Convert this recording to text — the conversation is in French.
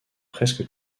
presque